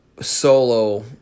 solo